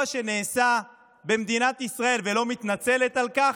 שנעשה במדינת ישראל ולא מתנצלת על כך,